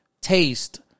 taste